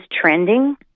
trending